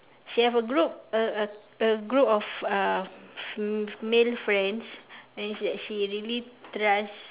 she have a group a a a group of uh m~ male friends that she actually really trust